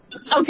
Okay